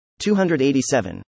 287